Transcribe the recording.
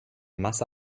masse